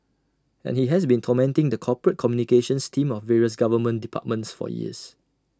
and he has been tormenting the corporate communications team of various government departments for years